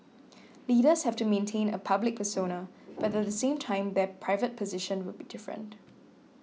leaders have to maintain a public persona but at the same time their private position would be different